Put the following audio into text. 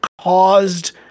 caused